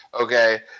okay